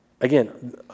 Again